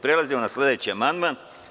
Prelazimo na sledeći amandman.